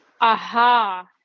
Aha